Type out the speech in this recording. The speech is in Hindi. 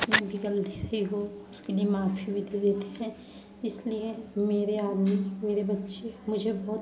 जितनी भी गलती रही हो उसके लिए माफी भी दे देते हैं इसलिए मेरे आदमी मेरे बच्चे मुझे बहुत